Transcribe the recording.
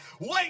Wait